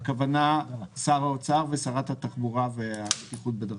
הכוונה היא לשר האוצר ולשרת התחבורה והבטיחות בדרכים,